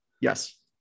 Yes